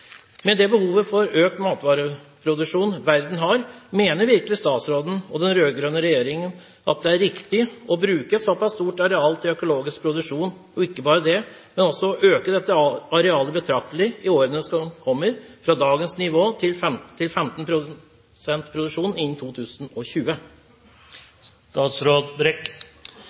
Med det behovet for økt matvareproduksjon verden har, mener virkelig statsråden og den rød-grønne regjeringen at det er riktig å bruke såpass stort areal til økologisk produksjon – og ikke bare det, men også å øke dette arealet betraktelig i årene som kommer, fra dagens nivå til 15 pst. produksjon innen 2020?